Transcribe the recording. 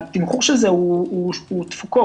והתמחור של זה זה תשומות.